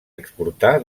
exportar